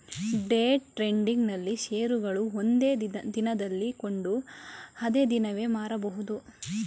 day trading ನಲ್ಲಿ ಶೇರುಗಳನ್ನು ಒಂದೇ ದಿನದಲ್ಲಿ ಕೊಂಡು ಅದೇ ದಿನವೇ ಮಾರಬಹುದು